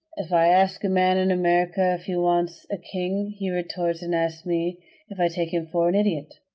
if i ask a man in america if he wants a king, he retorts and asks me if i take him for an idiot.